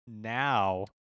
now